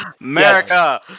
America